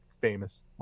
famous